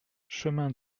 chemin